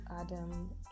Adam